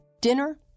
Dinner